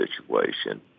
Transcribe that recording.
situation